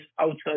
outside